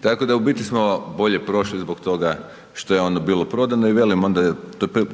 Tako da u biti smo bolje prošli zbog toga što je ono bilo prodano. I velim, onda